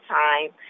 time